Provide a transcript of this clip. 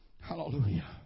Hallelujah